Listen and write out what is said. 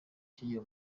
kigira